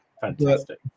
Fantastic